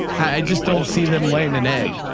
i just don't see them laying an egg.